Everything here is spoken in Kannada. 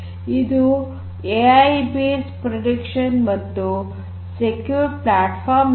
ಇದು ಏಐ ಬೇಸ್ಡ್ ಅನಲಿಟಿಕ್ಸ್ ಪ್ರೆಡಿಕ್ಷನ್ ಮತ್ತು ಸೆಕ್ಯೂರ್ಡ್ ಪ್ಲಾಟಫಾರ್ಮ್